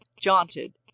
jaunted